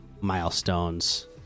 milestones